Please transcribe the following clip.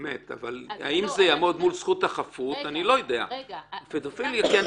בכמה מילים לסוגיה באופן כללי וכמה